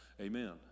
Amen